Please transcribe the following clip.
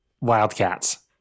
Wildcats